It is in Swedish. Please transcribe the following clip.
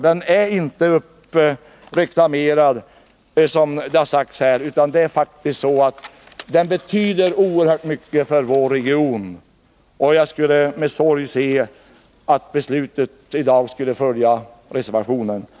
Den är inte uppreklamerad, som det har sagts här, utan det är en fråga som betyder oerhört mycket för vår region. Jag skulle med sorg se ett beslut som följer reservationen.